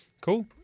Cool